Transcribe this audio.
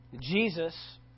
Jesus